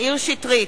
מאיר שטרית,